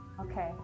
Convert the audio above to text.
Okay